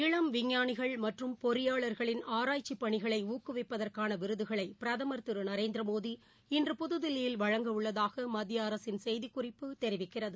இளம் விஞ்ஞானிகள் மற்றம் பொறியாள்களின் ஆராய்ச்சிப் பணிகளைஊக்குவிப்பதற்கானவிருதுகளைபிரதம் திரு நரேந்திரமோடி இன்று புதுதில்லியில் வழங்க உள்ளதாகமத்தியஅரசின் செய்திக் குறிப்பு தெரிவிக்கிறது